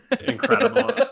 incredible